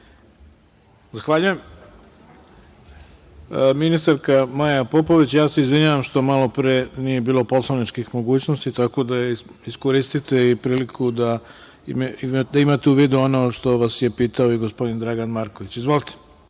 Zahvaljujem. Reč ima ministarka Maja Popović. Ja vam se izvinjavam što malopre nije bilo poslovničkih mogućnosti, tako da iskoristite priliku da imate u vidu i ono što vas je pitao i gospodin Dragan Marković. Izvolite.